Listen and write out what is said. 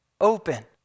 open